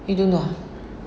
you do not ah